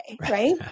right